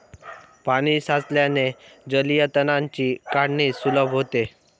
पाणी साचल्याने जलीय तणांची काढणी सुलभ होते